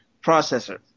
processor